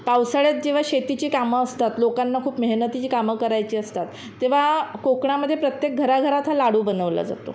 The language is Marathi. पावसाळ्यात जेव्हा शेतीची कामं असतात लोकांना खूप मेहनतीची कामं करायची असतात तेव्हा कोकणामध्ये प्रत्येक घराघरात हा लाडू बनवला जातो